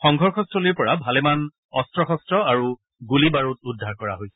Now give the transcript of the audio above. সংঘৰ্যস্থলীৰ পৰা ভালেমান অস্ত্ৰ শস্ত্ৰ আৰু গুলী বাৰুদ উদ্ধাৰ কৰা হৈছে